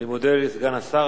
אני מודה לסגן השר.